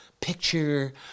picture